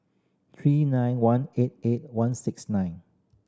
three nine one eight eight one six nine